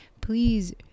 please